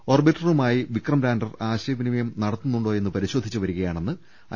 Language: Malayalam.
ഓർബിറ്ററുമായി വിക്രംലാന്റർ ആശയവിനിമയം നടത്തുന്നുണ്ടോയെന്ന് പരിശോധിച്ച് വരികയാണെന്ന് ഐ